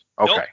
okay